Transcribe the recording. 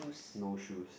no shoes